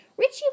Richie